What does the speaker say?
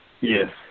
Yes